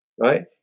right